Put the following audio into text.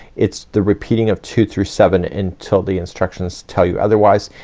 it's the repeating of two through seven until the instructions tell you otherwise,